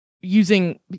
using